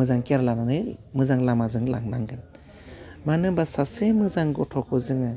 मोजां केयार लानानै मोजां लामाजों लांनांगोन मानो होनबा सासे मोजां गथ'खौ जोङो